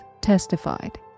testified